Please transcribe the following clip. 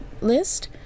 list